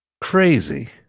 Crazy